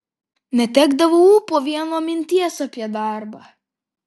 netekdavau ūpo vien nuo minties apie darbą